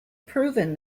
proven